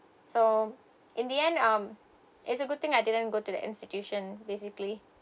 so in the end um it's a good thing I didn't go to the institution basically